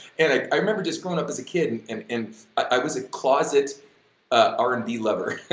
and i i remember just growing up as a kid and and and i was a closet ah r and b lover,